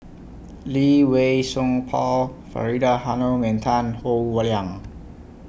Lee Wei Song Paul Faridah Hanum and Tan Howe Liang